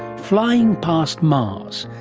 flying past mars,